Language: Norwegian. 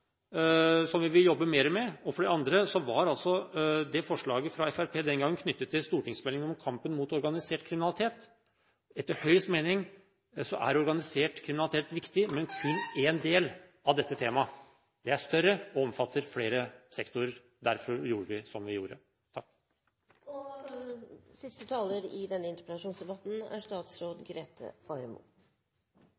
som vi vil jobbe mer med. For det andre var forslaget fra Fremskrittspartiet den gangen knyttet til stortingsmeldingen om kampen mot organisert kriminalitet. Etter Høyres mening er organisert kriminalitet viktig, men det er kun én del av dette temaet. Temaet er større og omfatter flere sektorer. Derfor gjorde vi som vi gjorde.